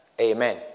Amen